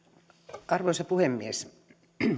arvoisa puhemies